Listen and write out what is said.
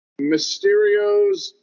Mysterios